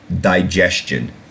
digestion